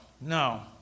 No